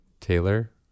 Taylor